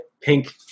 pink